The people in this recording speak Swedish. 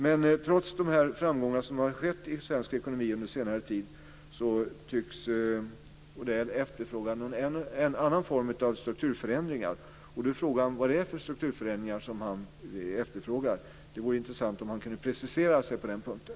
Men trots de framgångar som har gjorts i svensk ekonomi under senare tid tycks Odell efterfråga en annan form av strukturförändringar. Då är frågan vilka strukturförändringar som han efterfrågar. Det vore intressant om han kunde precisera sig på den punkten.